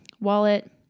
wallet